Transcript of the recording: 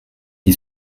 qui